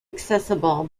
accessible